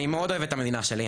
אני מאוד אוהב את המדינה שלי,